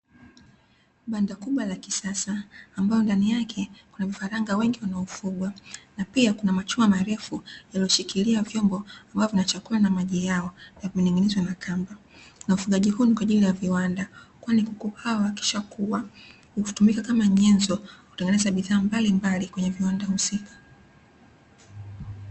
Banda kubwa la kisasa ambalo ndani yake kuna vifaranga wengi wanaofugwa. Na pia, kuna machuma marefu yaliyoshikilia vyombo ambavyo vina chakula na maji yao ya kuning'inizwa na kamba. Na ufugaji huu ni kwa ajili ya viwanda, kwani kuku hawa wakishakuwa hutumika kama nyenzo ya kutengenezea bidhaa mbalimbali katika viwanda husika.